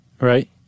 Right